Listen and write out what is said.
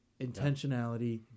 intentionality